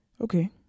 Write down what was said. okay